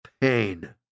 pain